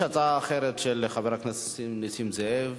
יש הצעה אחרת, של חבר הכנסת נסים זאב,